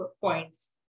points